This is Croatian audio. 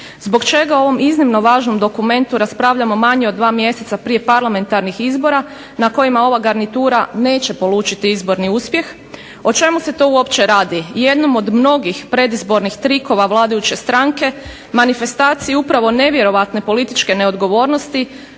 Zbog čega u ovom iznimnom važnom dokumentu raspravljamo manje od dva mjeseca prije parlamentarnih izbora na kojima ova garnitura neće polučiti izborni uspjeh? O čemu se tu uopće radi? Jednom od mnogih predizbornih trikova vladajuće stranke manifestacije upravo nevjerojatne političke odgovornosti